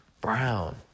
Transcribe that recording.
Brown